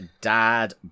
dad